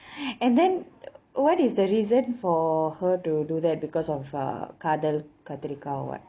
and then what is the reason for her to do that because of uh காதல் கத்தரிக்கா:kaathal katharikka or [what]